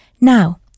Now